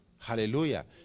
Hallelujah